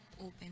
open